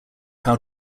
how